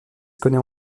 connait